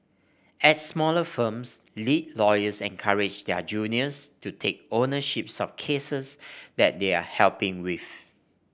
at smaller firms lead lawyers encourage their juniors to take ownership of cases that they are helping with